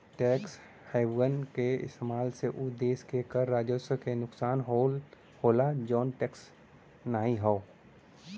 tax haven क इस्तेमाल से उ देश के कर राजस्व क नुकसान होला जौन टैक्स हेवन नाहीं हौ